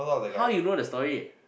how you know the story